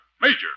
Major